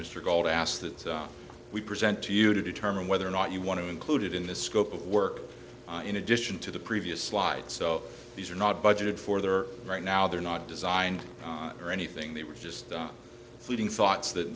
mr gauld asked that we present to you to determine whether or not you want to include it in the scope of work in addition to the previous slide so these are not budgeted for there right now they're not designed or anything they were just done putting thoughts that